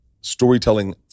storytelling